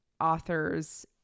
authors